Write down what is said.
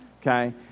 Okay